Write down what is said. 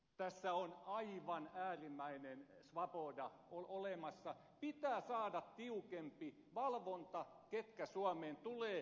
tässä on aivan äärimmäinen svoboda olemassa pitää saada tiukempi valvonta ketkä suomeen tulevat